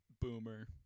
boomer